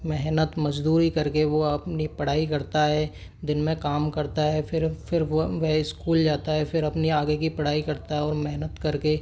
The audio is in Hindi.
मेहनत मज़दूरी करके वो अपनी पढ़ाई करता है दिन में काम करता है फ़िर फ़िर वह वे स्कूल जाता है फ़िर अपनी आगे की पढ़ाई करता है और मेहनत कर के